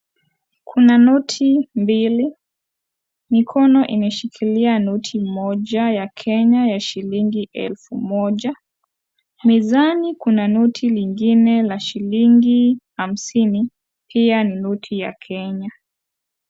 Kuna noti mbili. Mikono imeshikiliwa noti moja ya Kenya ya shilingi elfu moja. Mezani kuna noti lingine la shilingi hamsini, pia ni noti ya Kenya.